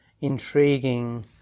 intriguing